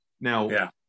Now